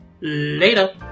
Later